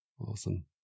Awesome